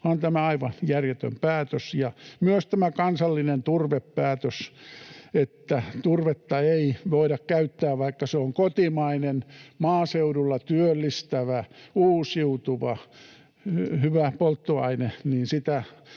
On tämä aivan järjetön päätös. Ja myös tämä kansallinen turvepäätös, että turvetta ei voida käyttää, vaikka se on kotimainen, maaseudulla työllistävä, uusiutuva, hyvä polttoaine. Sitä